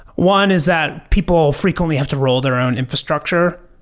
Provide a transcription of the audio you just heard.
one is that people frequently have to roll their own infrastructure.